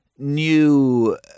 new